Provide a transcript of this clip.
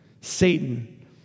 Satan